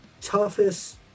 toughest